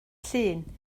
llun